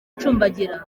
acumbagira